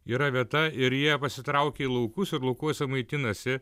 yra vieta ir jie pasitraukia į laukus ir laukuose maitinasi